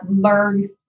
learn